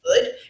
good